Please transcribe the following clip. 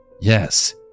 yes